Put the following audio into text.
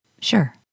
Sure